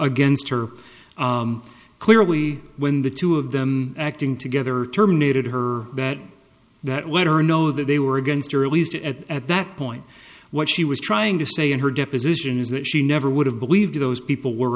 against her clearly when the two of them acting together terminated her that that let her know that they were against her at least at that point what she was trying to say in her deposition is that she never would have believed those people were